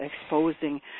exposing